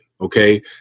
Okay